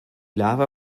lava